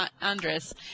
Andres